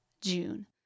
June